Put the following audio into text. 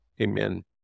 Amen